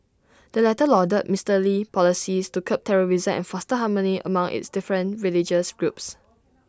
the latter lauded Mister Lee's policies to curb terrorism and foster harmony among its different religious groups